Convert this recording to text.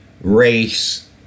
race